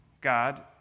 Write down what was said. God